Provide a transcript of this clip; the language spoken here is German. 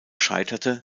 scheiterte